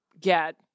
get